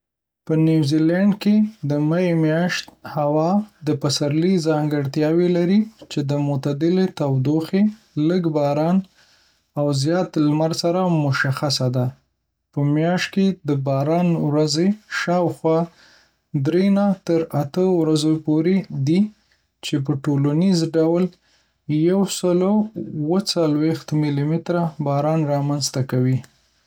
په نیوزیلینډ کې د می میاشت هوا د پسرلي ځانګړتیاوې لري، چې د معتدلې تودوخې، لږ باران، او زیات لمر سره مشخصه ده. په میاشت کې د باران ورځې شاوخوا دری تر شپږ ورځې پورې دي، چې په ټولیز ډول یو سل او اوه ځلویښت میلی‌متره باران رامنځته کوي.